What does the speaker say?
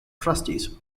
trustees